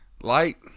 light